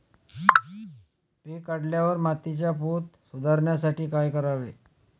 पीक काढल्यावर मातीचा पोत सुधारण्यासाठी काय करावे?